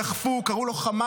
דחפו אותו וקראו לו "חמאסניק",